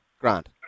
Grant